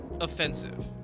offensive